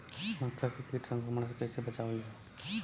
मक्का के कीट संक्रमण से कइसे बचावल जा?